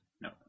No